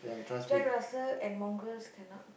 Jack Russell and Mongrels cannot